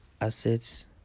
assets